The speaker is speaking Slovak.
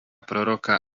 proroka